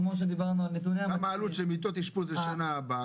כמו שדיברנו על נתוני --- כמה עלות של מיטות אשפוז לשנה הבאה?